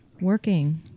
working